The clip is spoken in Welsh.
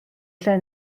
lle